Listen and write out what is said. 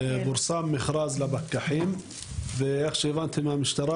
פורסם מכרז לפקחים ואיך שהבנתי מהמשטרה,